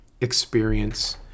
experience